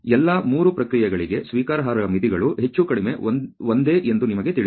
ಎಲ್ಲಾ 3 ಪ್ರಕ್ರಿಯೆಗಳಿಗೆ ಸ್ವೀಕಾರಾರ್ಹ ಮಿತಿಗಳು ಹೆಚ್ಚು ಕಡಿಮೆ ಒಂದೇ ಎಂದು ನಿಮಗೆ ತಿಳಿದಿದೆ